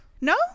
no